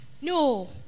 No